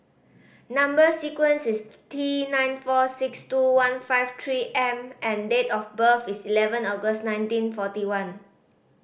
number sequence is T nine four six two one five Three M and date of birth is eleven August nineteen forty one